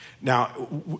Now